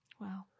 Wow